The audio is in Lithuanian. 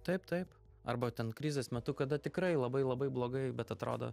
taip taip arba ten krizės metu kada tikrai labai labai blogai bet atrodo